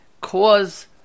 cause